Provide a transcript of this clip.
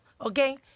okay